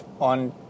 on